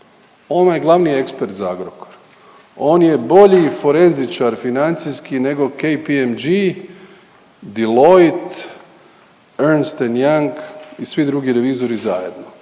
vam je glavni ekspert za Agrokor. On je bolji forenzičar financijski nego KPMG, Deloitte, Ernst&Young i svi drugi revizori zajedno.